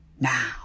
now